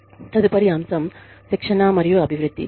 తదుపరి అంశం శిక్షణ మరియు అభివృద్ధి